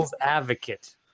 advocate